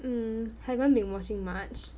mm haven't been watching much